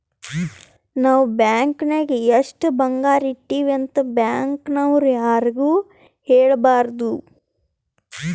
ನಾವ್ ಬ್ಯಾಂಕ್ ನಾಗ್ ಎಷ್ಟ ಬಂಗಾರ ಇಟ್ಟಿವಿ ಅಂತ್ ಬ್ಯಾಂಕ್ ನವ್ರು ಯಾರಿಗೂ ಹೇಳಬಾರ್ದು